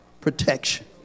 protection